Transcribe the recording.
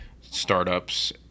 startups